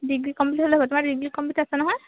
degree complete হ'লেই হ'ল আৰু তোমাৰ ডিগ্ৰী কমপ্লিট আছে নহয়